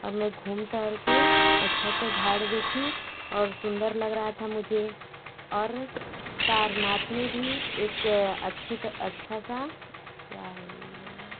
और मैं घूम टहल के अच्छा सा घाट देखी और सुंदर लग रहा था मुझे और सारनाथ में भी एक अच्छी अच्छा सा